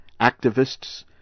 activists